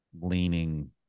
leaning